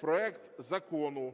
проект Закону